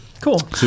cool